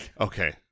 okay